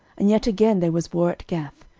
and yet again there was war at gath,